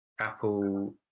apple